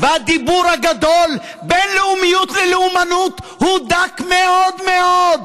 והדיבור הגדול בין לאומיות ללאומנות הוא דק מאוד מאוד.